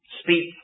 speak